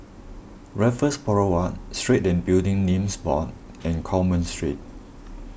Raffles Boulevard Street and Building Names Board and Coleman Street